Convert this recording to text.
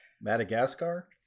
Madagascar